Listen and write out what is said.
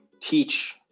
teach